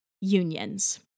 unions